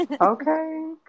Okay